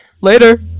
later